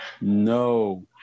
No